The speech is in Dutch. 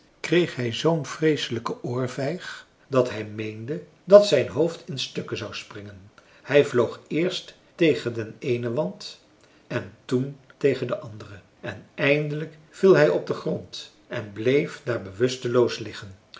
kreeg hij zoo'n vreeselijke oorvijg dat hij meende dat zijn hoofd in stukken zou springen hij vloog eerst tegen den eenen wand en toen tegen den anderen en eindelijk viel hij op den grond en bleef daar bewusteloos liggen